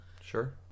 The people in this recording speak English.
Sure